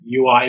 UI